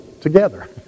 together